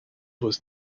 was